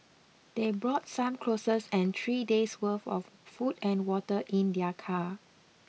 they brought some clothes and three days' worth of food and water in their car